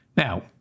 Now